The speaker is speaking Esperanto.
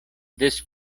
des